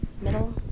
middle